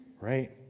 Right